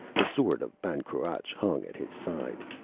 the sword of ban cruach hung at his side.